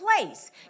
place